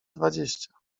dwadzieścia